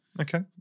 Okay